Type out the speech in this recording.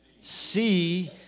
see